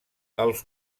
els